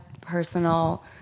personal